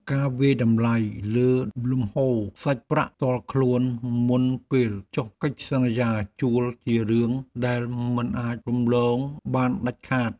ការវាយតម្លៃលើលំហូរសាច់ប្រាក់ផ្ទាល់ខ្លួនមុនពេលចុះកិច្ចសន្យាជួលជារឿងដែលមិនអាចរំលងបានដាច់ខាត។